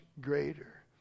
greater